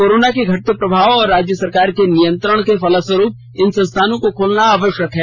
corona के घटते प्रभाव एवं राज्य सरकार के नियंत्रण के फलस्वरूप इन संस्थानों को खोलना आवश्यक है